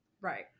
Right